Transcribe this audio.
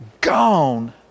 gone